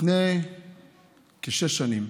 לפני כשש שנים